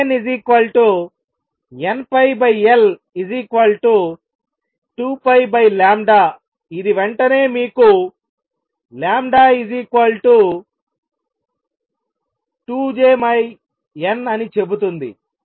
knnπL 2π ఇది వెంటనే మీకు 2Lnఅని చెబుతుంది